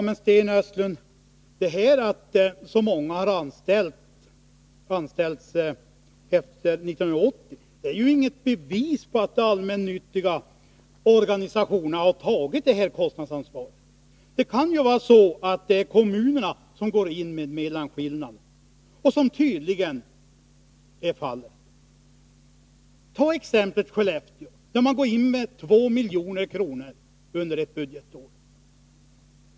Herr talman! Detta att så många har anställts efter 1980 är ju inget bevis, Sten Östlund, på att de allmännyttiga organisationerna har tagit detta kostnadsansvar. Det kan ju vara så att kommunerna går in med mellanskillnaden. Och tydligen är det fallet. Ta exemplet Skellefteå, där man går in med 2 milj.kr. under detta budgetår.